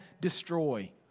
destroy